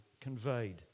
conveyed